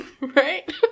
Right